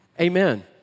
Amen